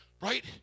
right